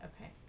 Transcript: Okay